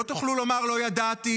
לא תוכלו לומר: לא ידעתי,